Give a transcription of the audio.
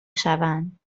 شوند